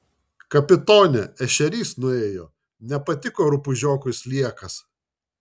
kapitone ešerys nuėjo nepatiko rupūžiokui sliekas